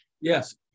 yes